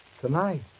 Tonight